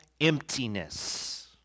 emptiness